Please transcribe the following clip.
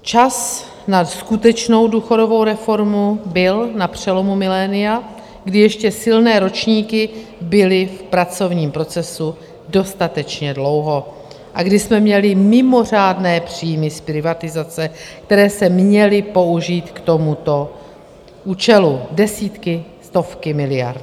Čas na skutečnou důchodovou reformu byl na přelomu milénia, kdy ještě silné ročníky byly v pracovním procesu dostatečně dlouho a kdy jsme měli mimořádné příjmy z privatizace, které se měly použít k tomuto účelu, desítky, stovky miliard.